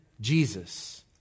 Jesus